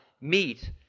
meet